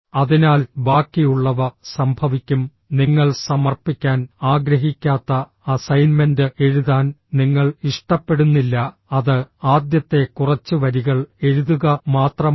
അതിനാൽ ബാക്കിയുള്ളവ സംഭവിക്കും നിങ്ങൾ സമർപ്പിക്കാൻ ആഗ്രഹിക്കാത്ത അസൈൻമെന്റ് എഴുതാൻ നിങ്ങൾ ഇഷ്ടപ്പെടുന്നില്ല അത് ആദ്യത്തെ കുറച്ച് വരികൾ എഴുതുക മാത്രമാണ്